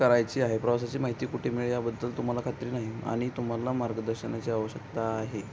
करायची आहे प्रवासाची माहिती कुठे मिळेल याबद्दल तुम्हाला खात्री नाही आणि तुम्हाला मार्गदर्शनाची आवश्यकता आहे